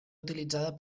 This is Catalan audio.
utilitzada